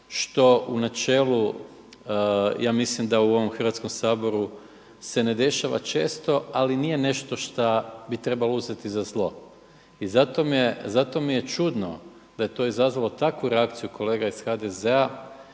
što u načelu ja mislim da u ovom Hrvatskom saboru se ne dešava često, ali nije nešto šta bi trebalo uzeti za zlo. I zato mi je čudno da je to izazvalo takvu reakciju kolega iz HDZ-a